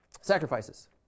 sacrifices